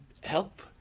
help